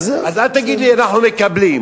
אז אל תגיד לי: אנחנו מקבלים,